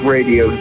Radio